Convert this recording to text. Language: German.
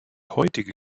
heutige